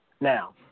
Now